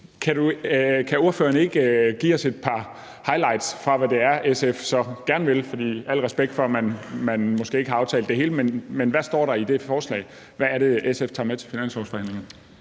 Kan ordføreren ikke give os et par highlights om, hvad det er, SF så gerne vil? For al respekt for, at man måske ikke har aftalt det hele, men hvad står der i det forslag? Hvad er det, SF tager med til finanslovsforhandlingerne?